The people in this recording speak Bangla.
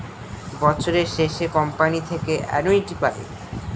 বছরের শেষে কোম্পানি থেকে অ্যানুইটি পায়